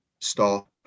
stop